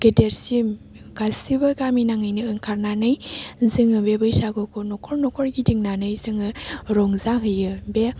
गेदेरसिम गासिबो गामिनाङैनो ओंखारनानै जोङो बे बैसागुखौ न'खर न'खर गिदिंनानै जोङो रंजाहैयो बे